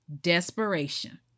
Desperation